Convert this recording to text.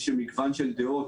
יש מגוון של דעות,